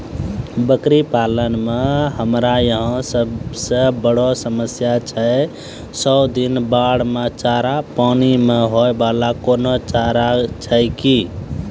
बकरी पालन मे हमरा यहाँ सब से बड़ो समस्या छै सौ दिन बाढ़ मे चारा, पानी मे होय वाला कोनो चारा छै कि?